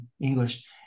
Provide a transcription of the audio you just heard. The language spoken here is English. English